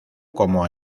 como